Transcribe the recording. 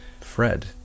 Fred